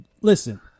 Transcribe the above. Listen